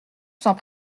sans